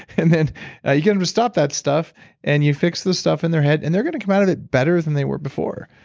and then you can never and stop that stuff and you fix those stuff in their head and they're going to come out of it better than they were before.